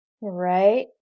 right